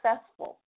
successful